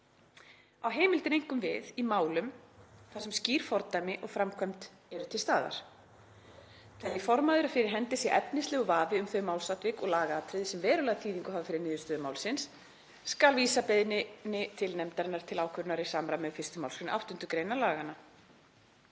Á heimildin einkum við í málum þar sem skýr fordæmi og framkvæmd eru til staðar. Telji formaður að fyrir hendi sé efnislegur vafi um þau málsatvik og lagaatriði sem verulega þýðingu hafa fyrir niðurstöðu málsins skal vísa beiðninni til nefndarinnar til ákvörðunar í samræmi við 1. mgr. 8. gr. laganna.“